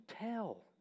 tell